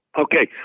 Okay